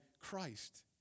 Christ